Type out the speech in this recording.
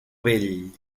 vell